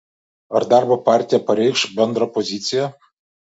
ar darbo partija pareikš bendrą poziciją